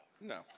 No